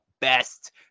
best